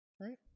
right